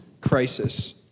crisis